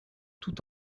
tout